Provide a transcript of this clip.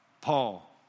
Paul